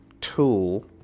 tool